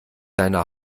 deiner